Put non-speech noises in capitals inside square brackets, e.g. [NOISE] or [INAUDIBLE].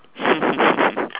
[LAUGHS]